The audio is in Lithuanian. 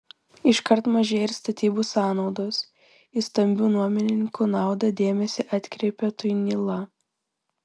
iškart mažėja ir statybų sąnaudos į stambių nuomininkų naudą dėmesį atkreipia tuinyla